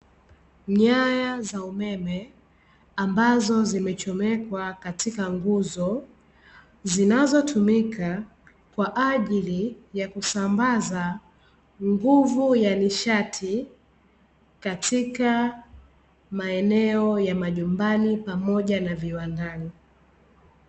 Nyaya za umeme ambazo zimechomekwa katika nguzo, zinazo tumika kwa ajili ya kusambaza nguvu ya nishati, katika maeneo ya majumbani pamoja na viwandani.